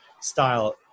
style